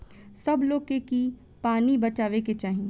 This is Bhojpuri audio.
सब लोग के की पानी बचावे के चाही